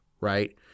Right